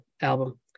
album